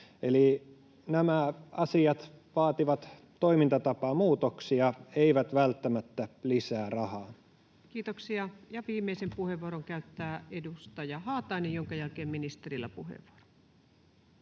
nämä asiat vaativat toimintatapamuutoksia, eivät välttämättä lisää rahaa. Kiitoksia. — Ja viimeisen puheenvuoron käyttää edustaja Haatainen, jonka jälkeen ministerillä on puheenvuoro.